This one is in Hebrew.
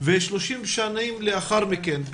ו-30 שנים לאחר מכן,